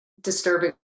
disturbing